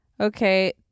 okay